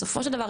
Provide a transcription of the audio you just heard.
בסופו של דבר,